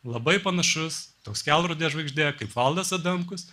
labai panašus toks kelrodė žvaigžde kaip valdas adamkus